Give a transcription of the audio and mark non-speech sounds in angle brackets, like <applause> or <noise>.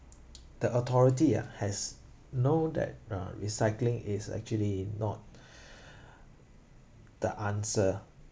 the authority ah has know that uh recycling is actually not <breath> the answer